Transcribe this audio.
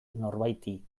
norbaiti